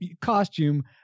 costume